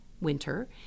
winter